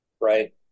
right